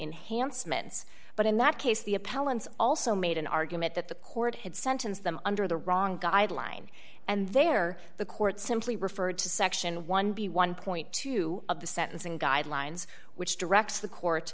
enhanced mens but in that case the appellant's also made an argument that the court had sentenced them under the wrong guideline and there the court simply referred to section one b one point two of the sentencing guidelines which directs the court